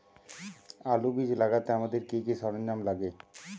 বীজ আলু লাগাতে আমাদের কি কি সরঞ্জাম লাগে?